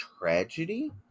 tragedy